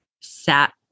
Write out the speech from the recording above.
sat